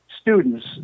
students